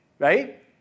right